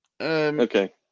Okay